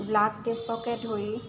blood টেষ্টকে ধৰি